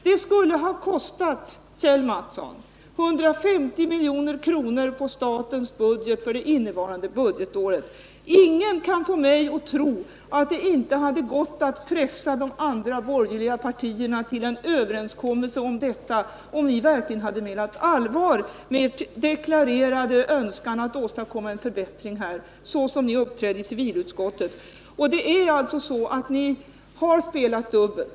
Det skulle ha kostat 150 milj.kr. på statsbudgeten för innevarande budgetår. Ingen kan få mig att tro att det inte hade gått att pressa de andra borgerliga partierna till en överenskommelse om detta, om ni verkligen hade menat allvar med er deklarerade önskan att åstadkomma en förbättring här. Ni har alltså spelat dubbelt.